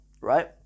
Right